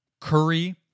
Curry